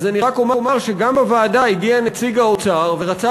אז אני רק אומר שגם בוועדה הגיע נציג האוצר ורצה